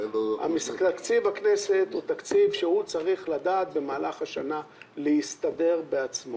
תקציב הכנסת הוא תקציב שצריך להסתדר בעצמו